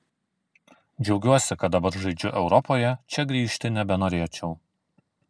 džiaugiuosi kad dabar žaidžiu europoje čia grįžti nebenorėčiau